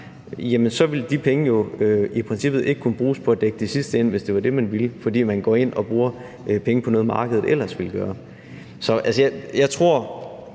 vil de penge jo i princippet ikke kunne bruges på at dække de sidste ind, hvis det var det, man ville, fordi man går ind og bruger penge på noget, markedet ellers ville gøre. Jeg tror